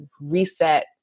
reset